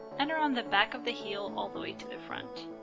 and around the back of the heel all the way to the front.